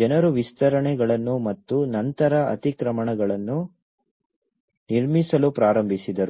ಜನರು ವಿಸ್ತರಣೆಗಳನ್ನು ಮತ್ತು ನಂತರ ಅತಿಕ್ರಮಣಗಳನ್ನು ನಿರ್ಮಿಸಲು ಪ್ರಾರಂಭಿಸಿದರು